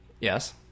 Yes